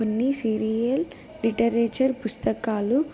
కొన్ని serial literature పుస్తకాలు